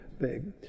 big